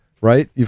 Right